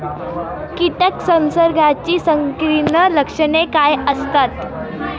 कीटक संसर्गाची संकीर्ण लक्षणे काय असतात?